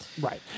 Right